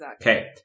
Okay